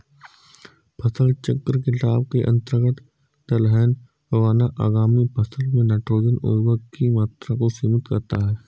फसल चक्र के लाभ के अंतर्गत दलहन उगाना आगामी फसल में नाइट्रोजन उर्वरक की मात्रा को सीमित करता है